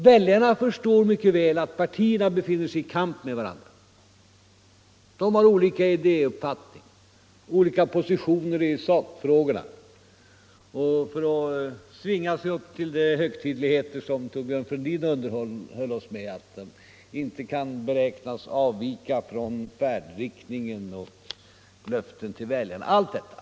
Väljarna förstår mycket väl att partierna befinner sig i kamp med varandra, har olika idéuppfattningar och intar olika positioner i sakfrågorna — eller inte kan, för att svinga sig upp till sådana högtidligheter som Torbjörn Fälldin underhöll oss med, beräknas avvika från färdriktningen och sina löften till väljarna och allt detta.